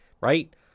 right